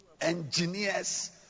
engineers